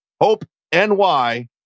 HOPE-NY